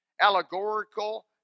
Allegorical